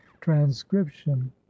transcription